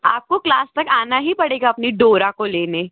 आपको क्लास तक आना ही पड़ेगा अपनी डोरा को लेने